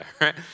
right